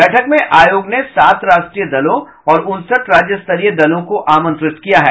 बैठक में आयोग ने सात राष्ट्रीय दलों और उनसठ राज्य स्तरीय दलों को आमंत्रित किया है